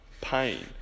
pain